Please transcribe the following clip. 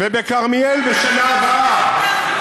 ובכרמיאל בשנה הבאה,